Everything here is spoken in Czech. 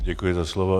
Děkuji za slovo.